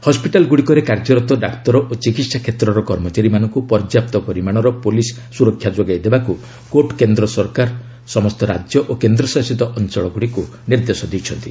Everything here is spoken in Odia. ହସ୍କିଟାଲଗୁଡ଼ିକରେ କାର୍ଯ୍ୟରତ ଡାକ୍ତର ଓ ଚିକିହା କ୍ଷେତ୍ରର କର୍ମଚାରୀମାନଙ୍କୁ ପର୍ଯ୍ୟାପ୍ତ ପରିମାଣର ପ୍ରଲିସ୍ ସ୍ୱରକ୍ଷା ଯୋଗାଇ ଦେବାକୃ କୋର୍ଟ୍ କେନ୍ଦ୍ର ସରକାର ସମସ୍ତ ରାଜ୍ୟ ଓ କେନ୍ଦ୍ରଶାସିତ ଅଞ୍ଚଳଗୁଡ଼ିକୁ ନିର୍ଦ୍ଦେଶ ଦେଇଛନ୍ତି